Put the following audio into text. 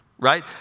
Right